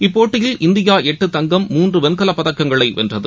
இப்போட்டியில் இந்தியாளட்டு தங்கம் மூன்றுவெண்கலப் பதக்கங்களைவென்றது